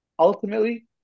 ultimately